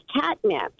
catnip